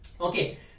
Okay